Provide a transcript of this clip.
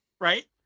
right